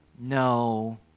no